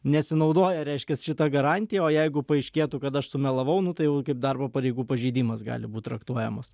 nesinaudoja reiškias šita garantija o jeigu paaiškėtų kad aš sumelavau nu tai jau kaip darbo pareigų pažeidimas gali būt traktuojamas